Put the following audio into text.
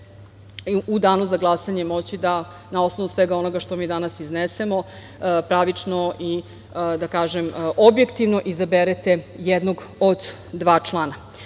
u danu za glasanje moći da, na osnovu svega onoga što mi danas iznesemo, pravično i objektivno izaberete jednog od dva člana. Savet